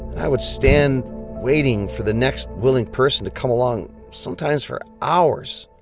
i would stand waiting for the next willing person to come along sometimes for hours,